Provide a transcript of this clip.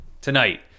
tonight